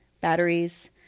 batteries